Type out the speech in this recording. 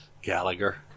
gallagher